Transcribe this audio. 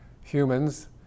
humans